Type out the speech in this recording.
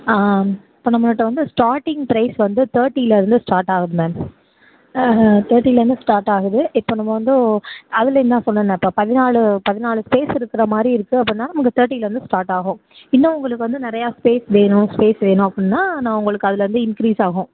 இப்போ நம்மள்கிட்ட வந்து ஸ்டார்டிங் பிரைஸ் வந்து தேர்ட்டிலிருந்து ஸ்டார்ட் ஆகுது மேம் தேர்ட்டிலிருந்து ஸ்டார்ட் ஆகுது இப்போ நம்ம வந்து அதில் என்னா சொன்னேன்னா இப்போ பதினாலு பதினாலு ஸ்பேஸ் இருக்கிற மாதிரி இருக்குது அப்பன்னா உங்கள் தேர்ட்டிலிருந்து ஸ்டார்ட் ஆகும் இன்னும் உங்களுக்கு வந்து நிறையா ஸ்பேஸ் வேணும் ஸ்பேஸ் வேணும் அப்பன்னா நான் உங்களுக்கு அதிலருந்து இன்கிரீஸ் ஆகும்